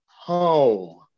home